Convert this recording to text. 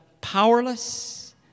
powerless